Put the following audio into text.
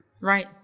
Right